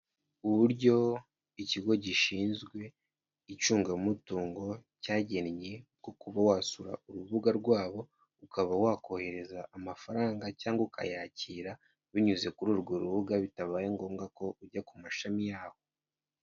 Uburyo ikigo gishinzwe icungamutungo cyagennye bwo kuba wasura urubuga rwabo, ukaba wakohereza amafaranga cyangwa ukayakira binyuze kuri urwo rubuga bitabaye ngombwa ko ujya ku mashami yabo.